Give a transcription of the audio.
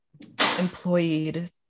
employed